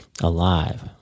alive